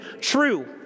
true